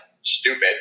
stupid